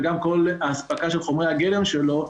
וגם כל האספקה של חומרי הגלם שלו,